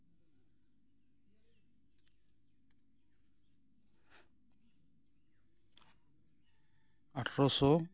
ᱟᱴᱷᱨᱚᱥᱚ